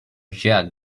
jug